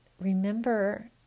remember